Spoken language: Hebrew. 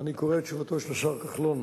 אני קורא את תשובתו של השר כחלון